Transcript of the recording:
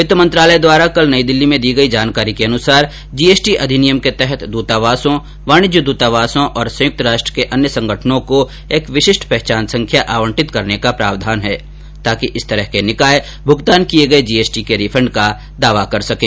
वित्त मंत्रालय द्वारा कल नई दिल्ली में दी गयी जानकारी के अनुसार जीएसटी अधिनियम के तहत दूतावासों वाणिज्य दूतावासों और संयुक्त राष्ट्र के अन्य संगठनों को एक विशिष्ट पहचान संख्या यूआईएन आवंटित करने का प्रावधान है ताकि इस तरह के निकाय भूगतान किए गए जीएसटी के रिफंड का दावा कर सकें